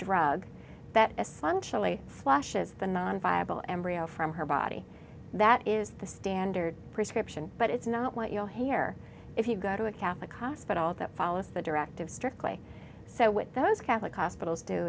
drug that is functionally flashes the non viable embryo from her body that is the standard prescription but it's not what you'll hear if you go to a catholic hospital that follows the directive strictly so with those catholic hospitals do